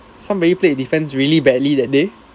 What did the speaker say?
somebody played defense really badly that day